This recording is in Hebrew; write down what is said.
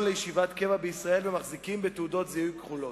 לישיבת קבע בישראל והם מחזיקים בתעודות זהות כחולות,